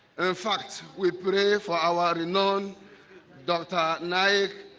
and in fact, we pray for our known dr. knife.